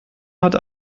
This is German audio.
hat